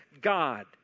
God